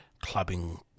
clubbing